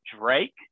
Drake